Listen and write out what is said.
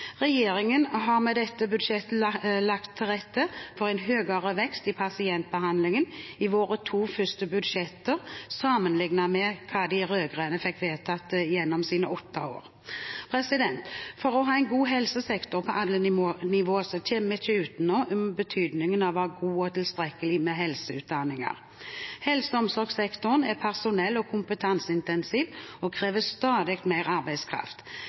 Regjeringen har med dette budsjettet lagt til rette for en høyere vekst i pasientbehandlingen i våre to første budsjetter sammenlignet med hva de rød-grønne fikk vedtatt gjennom sine åtte år. For å ha en god helsesektor på alle nivå kommer vi ikke utenom betydningen av å ha gode og tilstrekkelig med helseutdanninger. Helse- og omsorgssektoren er personell- og kompetanseintensiv og krever stadig mer arbeidskraft.